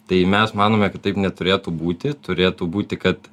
tai mes manome kad taip neturėtų būti turėtų būti kad